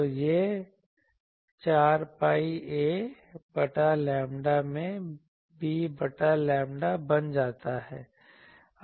तो यह 4 pi a बटा लैम्ब्डा में b बटा लैम्ब्डा बन जाता है